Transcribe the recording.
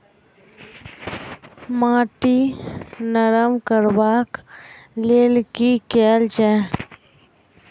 माटि नरम करबाक लेल की केल जाय?